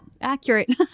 Accurate